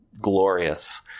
glorious